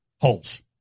Holes